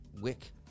wick